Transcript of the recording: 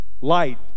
Light